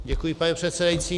Děkuji, pane předsedající.